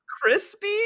crispy